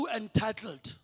entitled